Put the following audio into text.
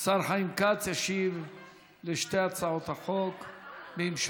השר חיים כץ, ישיב על שתי הצעות החוק במשולב.